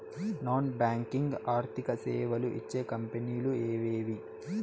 Non banking ఆర్థిక సేవలు ఇచ్చే కంపెని లు ఎవేవి?